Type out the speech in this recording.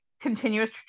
continuous